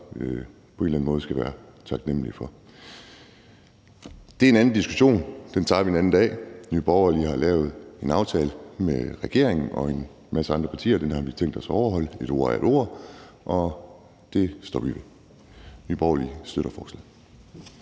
på en eller anden måde skal være taknemlige for. Det er en anden diskussion; den tager vi en anden dag. Nye Borgerlige har lavet en aftale med regeringen og en masse andre partier, og den har vi tænkt os at overholde. Et ord er et ord, og vi står ved den. Nye Borgerlige støtter forslaget.